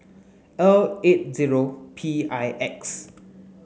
L eight zero P I X